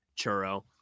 churro